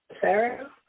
Sarah